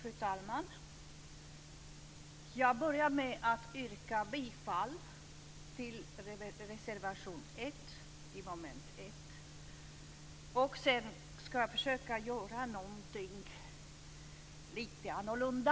Fru talman! Först yrkar jag bifall till reservation 1 Sedan ska jag försöka göra något som är lite annorlunda.